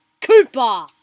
Cooper